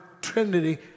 Trinity